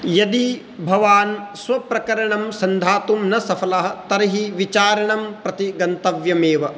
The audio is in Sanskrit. यदि भवान् स्वप्रकरणं सन्धातुं न सफलः तर्हि विचारणं प्रति गन्तव्यमेव